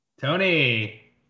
tony